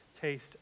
taste